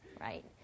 right